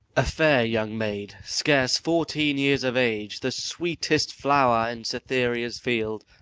a fair young maid, scarce fourteen years of age, the sweetest flower in cytherea's field,